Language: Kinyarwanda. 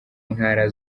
ntara